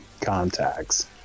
contacts